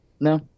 no